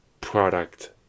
product